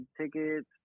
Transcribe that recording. tickets